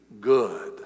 good